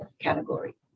category